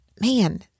man